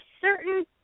certain